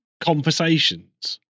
conversations